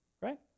Right